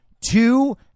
Two